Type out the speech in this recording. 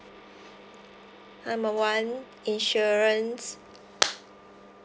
number one insurance